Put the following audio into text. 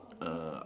uh